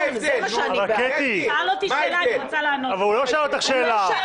לענות לך, אוסאמה.